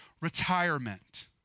retirement